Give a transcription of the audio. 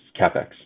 CapEx